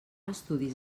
estudis